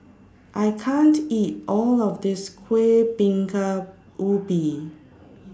I can't eat All of This Kuih Bingka Ubi